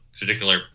particular